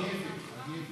לא.